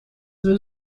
свои